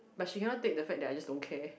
but she cannot take the fact that I just don't care